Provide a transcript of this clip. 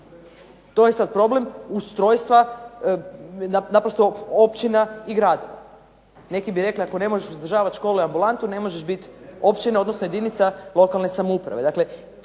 To je sad problem ustrojstva, naprosto općina i gradova. Neki bi rekli ako ne možeš uzdržavati školu i ambulantu ne možeš biti općina, odnosno jedinica lokalne samouprave.